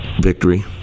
victory